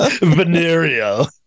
venereal